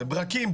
זה ברקים.